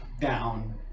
down